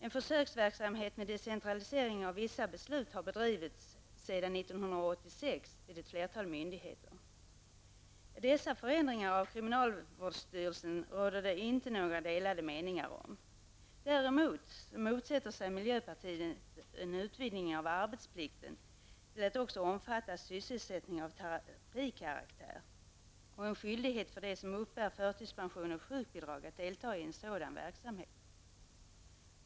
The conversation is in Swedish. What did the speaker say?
En försöksverksamhet med decentralisering av vissa beslut har bedrivits sedan 1986 vid ett flertal myndigheter. Dessa förändringar av kriminalvårdslagstiftningen råder det inte några delade meningar om. Däremot motsätter sig miljöpartiet en utvidgning av arbetsplikten till att omfatta också sysselsättning av terapikaraktär och en skyldighet för dem som uppbär förtidspension och sjukbidrag att delta i sådan verksamhet.